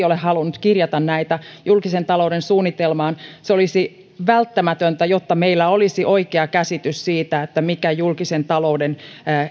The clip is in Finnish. ole halunnut kirjata näitä julkisen talouden suunnitelmaan se olisi välttämätöntä jotta meillä olisi oikea käsitys siitä mikä julkisen talouden